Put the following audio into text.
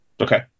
Okay